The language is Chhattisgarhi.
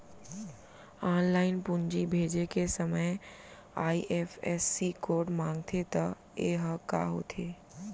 ऑनलाइन पूंजी भेजे के समय आई.एफ.एस.सी कोड माँगथे त ये ह का होथे?